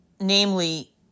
namely